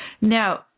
Now